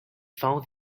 found